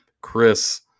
Chris